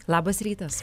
labas rytas